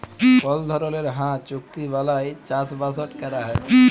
call ধরলের হাঁ চুক্তি বালায় চাষবাসট ক্যরা হ্যয়